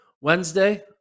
Wednesday